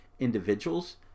individuals